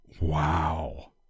Wow